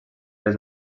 les